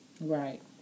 Right